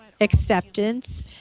acceptance